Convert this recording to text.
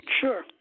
Sure